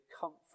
comfort